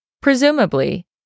Presumably